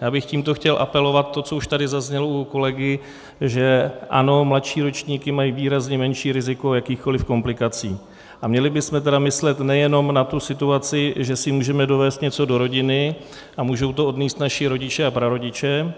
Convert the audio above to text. Já bych tímto chtěl apelovat to, co už tady zaznělo u kolegy, že ano, mladší ročníky mají výrazně menší riziko jakýchkoliv komplikací, a měli bychom tedy myslet nejenom na tu situaci, že si můžeme dovézt něco do rodiny a můžou to odnést naši rodiče a prarodiče,